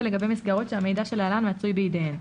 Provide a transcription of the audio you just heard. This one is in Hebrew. לגבי מסגרות שהמידע שלהלן מצוי בידיהן: